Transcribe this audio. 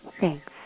Thanks